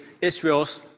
Israel's